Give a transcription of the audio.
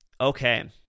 okay